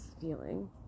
feeling